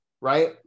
right